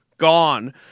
gone